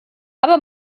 aber